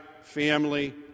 family